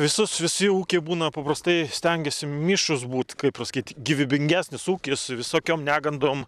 visus visi ūkiai būna paprastai stengiasi mišrūs būt kaip ir sakyt gyvybingesnis ūkis visokiom negandom